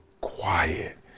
quiet